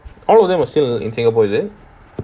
all of them are still in singapore is it